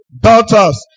daughters